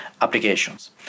applications